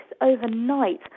overnight